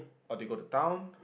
or they go to town